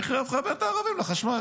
אני חייב לחבר את הערבים לחשמל.